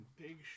big